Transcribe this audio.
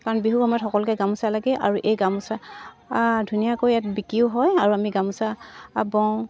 কাৰণ বিহু সময়ত সকলোকে গামোচা লাগে আৰু এই গামোচা ধুনীয়াকৈ ইয়াত বিকিও হয় আৰু আমি গামোচা বওঁ